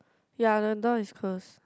ya the door is close